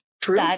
True